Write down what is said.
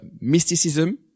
mysticism